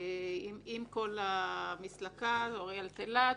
הבום שהיום הרשות רוצה להטיל על הציבור הוא בום על קולי,